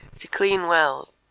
to clean wells,